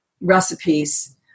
recipes